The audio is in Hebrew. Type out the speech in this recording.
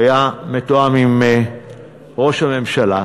היה מתואם עם ראש הממשלה.